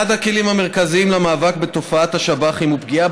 אחד הכלים המרכזיים למאבק בתופעת השב"חים הוא פגיעה